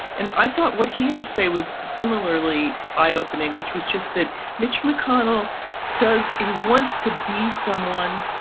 and i thought what he had to say was similarly eye opening, which was just that mitch mcconnell does. he wants to be someone,